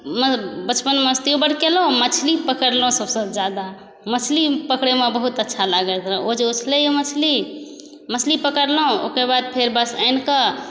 मने बचपनमे मस्तिओ बड्ड केलहुँ मछली पकड़लहुँ सबसँ ज्यादा मछली पकड़ैमे बहुत अच्छा लागैत रहै ओ जे उछलैए मछली मछली पकड़लहुँ ओकर बाद फेर बस आनिकऽ